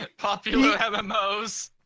ah popular have a mose